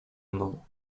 mną